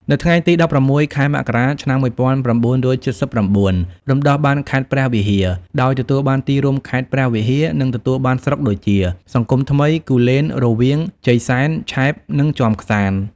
នៅថ្ងៃទី ១៦ ខែមករា ឆ្នាំ ១៩៧៩ រំដោះបានខេត្តព្រះវិហារ ដោយទទួលបានទីរួមខេត្ត ព្រះវិហារ និងទទួលបានស្រុកដូចជា សង្គមថ្មី គូលែន រវៀង ជ័យសែន ឆែប និងជាំក្សាន្ត។